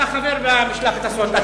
אתה חבר במשלחת הזאת.